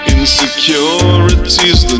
Insecurities